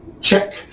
check